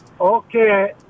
Okay